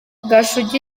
gashugi